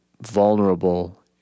vulnerable